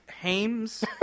Hames